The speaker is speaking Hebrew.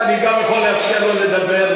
ואני גם יכול לאפשר לו לדבר,